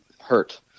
hurt